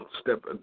step